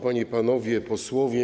Panie i Panowie Posłowie!